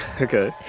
Okay